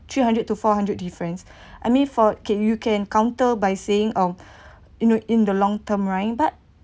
three hundred to four hundred difference I mean for okay you can counter by saying um you know in the in the long term right but